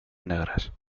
negras